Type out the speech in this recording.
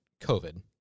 COVID